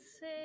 say